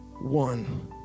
One